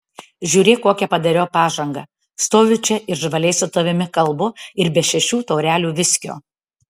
žiūrėk kokią padariau pažangą stoviu čia ir žvaliai su tavimi kalbu ir be šešių taurelių viskio